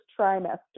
trimester